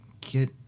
get